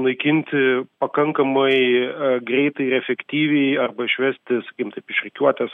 naikinti pakankamai greitai ir efektyviai arba išvesti sakim taip iš rikiuotės